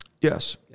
Yes